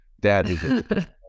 dad